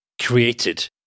created